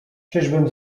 czyżbym